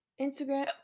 instagram